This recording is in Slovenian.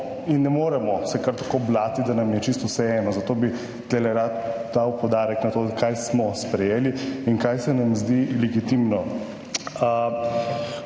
in ne moremo se kar tako bati, da nam je čisto vseeno, zato bi tu rad dal poudarek na to, kaj smo sprejeli in kaj se nam zdi legitimno.